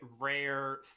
rare